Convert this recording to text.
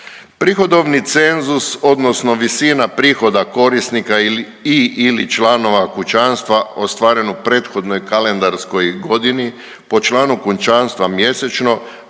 Prihodovni cenzus odnosno visina prihoda korisnika i/ili članova kućanstva ostvaren u prethodnoj kalendarskoj godini po članu kućanstva mjesečno